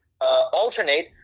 alternate